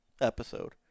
episode